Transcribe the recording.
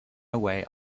way